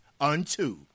unto